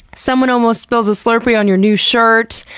someone almost spills a slurpee on your new shirt,